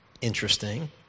Interesting